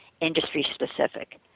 industry-specific